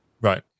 Right